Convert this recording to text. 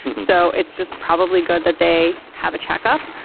so it's just probably good that they have a checkup.